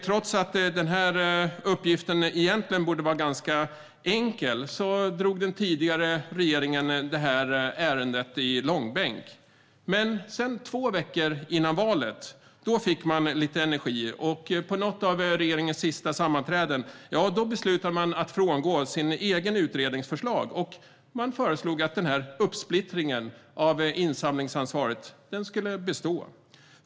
Trots att denna uppgift borde vara ganska enkel drog den tidigare regeringen detta ärende i långbänk. Men två veckor före valet fick man lite energi, och på något av regeringens sista sammanträden beslutade man att frångå sin egen utrednings förslag och föreslog att uppsplittringen av insamlingsansvaret skulle bestå.